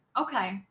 Okay